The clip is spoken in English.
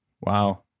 Wow